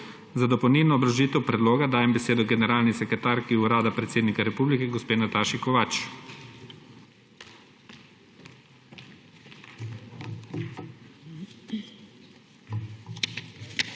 Za dopolnilno obrazložitev predloga dajem besedo generalni sekretarki Urada predsednika Republike gospe Nataši Kovač.